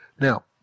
Now